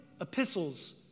epistles